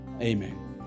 Amen